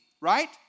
right